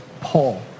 Paul